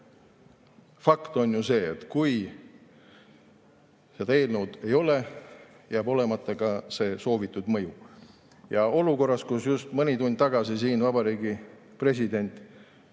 Aga fakt on ju see, et kui seda eelnõu ei ole, jääb olemata ka soovitud mõju. Olukorras, kus just mõni tund tagasi on Vabariigi President